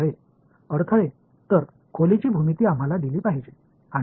எனவே அறையின் வடிவியல் நமக்கு வழங்கப்பட வேண்டும் வேறு என்ன